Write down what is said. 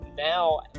Now